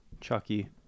Chucky